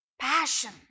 Passion